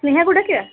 ସ୍ନେହାକୁ ଡାକିବା